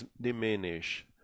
diminish